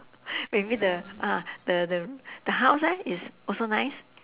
maybe the uh the the the house leh is also nice